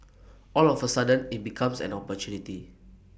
all of A sudden IT becomes an opportunity